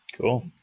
Cool